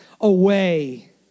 away